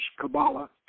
Kabbalah